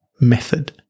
method